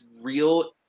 real